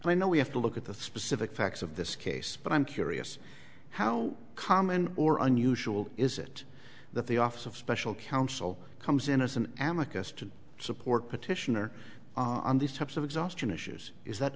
i know we have to look at the specific facts of this case but i'm curious how common or unusual is it that the office of special counsel comes in and some advocates to support petitioner on these types of exhaustion issues is that